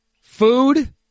food